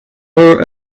her